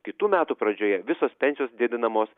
kitų metų pradžioje visos pensijos didinamos